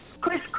Chris